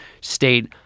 state